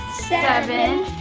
seven,